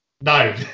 No